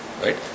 right